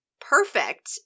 perfect